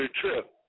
trip